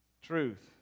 Truth